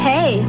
Hey